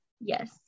yes